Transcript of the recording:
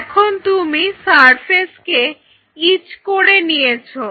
এখন তুমি সারফেসকে ইচ্ করে নিয়েছো